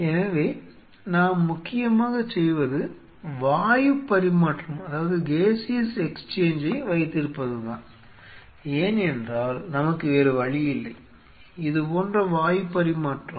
எனவே நாம் முக்கியமாகச் செய்வது வாயு பரிமாற்றத்தை வைத்திருப்பதுதான் ஏனென்றால் நமக்கு வேறு வழியில்லை இதுபோன்ற வாயு பரிமாற்றம்